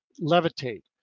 levitate